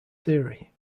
theory